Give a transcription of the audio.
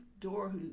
door